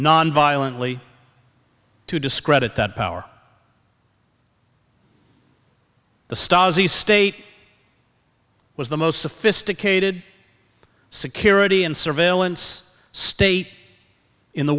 nonviolently to discredit that power the stasi state was the most sophisticated security and surveillance state in the